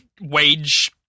wage